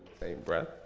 same breath.